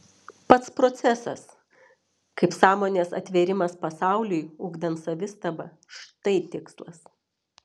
pats procesas kaip sąmonės atvėrimas pasauliui ugdant savistabą štai tikslas